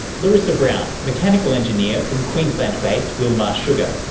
larissa brown, mechanical engineer from queensland-based wilmar sugar,